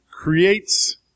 creates